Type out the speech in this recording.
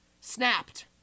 snapped